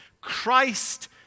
Christ